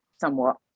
somewhat